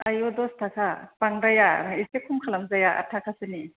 आयौ दस थाखा बांद्राया एसे खम खालाम जाया आथ थाखासोनि